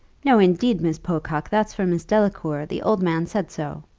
no, indeed, miss pococke, that's for miss delacour the old man said so.